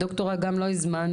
את ד"ר הגר לא הזמנו,